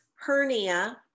hernia